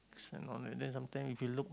then sometime if you look